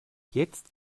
jetzt